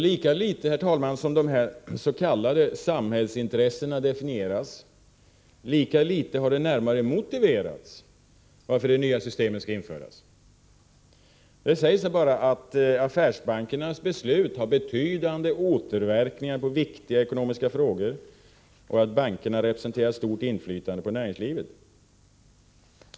Lika litet som de s.k. samhällsintressena definierats, lika litet har det närmare motiverats varför det nya systemet skall införas. Det sägs bara att affärsbankernas beslut har betydande återverkningar på viktiga ekonomiska frågor och att bankerna representerar stort inflytande på näringslivet.